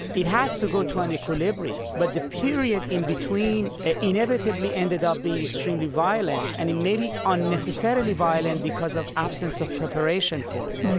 it has to go to an equilibrium. but the period in between inevitably ended up being extremely violent and maybe unnecessarily violent, because of absence of preparation for it.